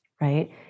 right